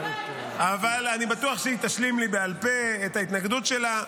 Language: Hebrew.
אבל אני בטוח שהיא תשלים לי בעל פה את ההתנגדות שלה,